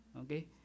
okay